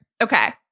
Okay